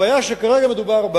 הבעיה שכרגע מדובר בה